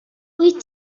wyt